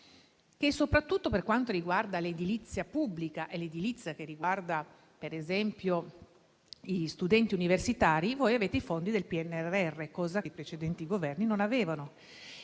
soprattutto per quanto riguarda l'edilizia pubblica e l'edilizia che riguarda, per esempio, gli studenti universitari, voi avete i fondi del PNRR, cosa che i precedenti Governi non avevano.